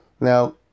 Now